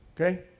okay